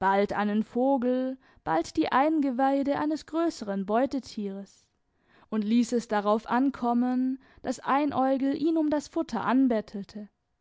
bald einen vogel bald die eingeweide eines größeren beutetieres und ließ es darauf ankommen daß einäugel ihn um das futter anbettelte